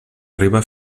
arriba